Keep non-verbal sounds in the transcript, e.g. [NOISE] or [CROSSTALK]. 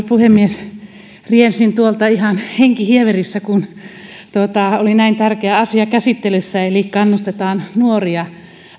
[UNINTELLIGIBLE] puhemies riensin tuolta ihan henkihieverissä kun oli näin tärkeä asia käsittelyssä eli kannustetaan nuoria